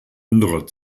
anderer